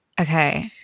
okay